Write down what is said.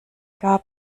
gab